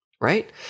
right